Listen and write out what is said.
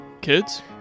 Kids